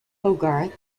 hogarth